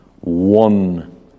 one